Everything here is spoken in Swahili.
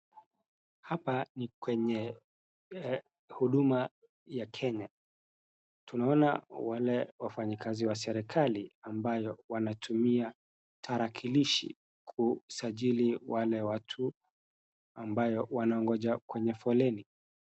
Hapa ni kwenye huduma ya Kenya, Tunaona wale wafanyikazi wa serikali ambayo wanatumia tarakilishi kusajili wale watu ambayo wanangojea kwenye foleni.